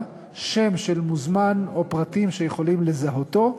שם של מוזמן או פרטים שיכולים לזהותו,